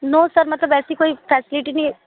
no sir मतलब ऐसी कोई फैसलिटी नहीं है